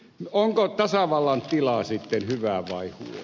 onko tasavallan tila sitten hyvä vai huono